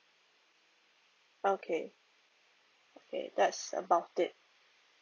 okay okay that's about it